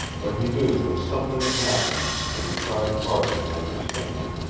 but he knew that something had happened, and he tried hard to understand.